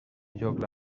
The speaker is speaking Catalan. lloc